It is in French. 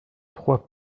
trois